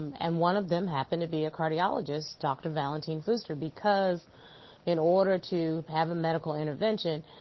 and one of them happened to be a cardiologist, dr. valentin fuster, because in order to have a medical intervention,